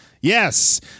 Yes